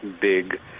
big